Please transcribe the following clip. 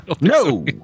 No